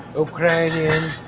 ukrainian.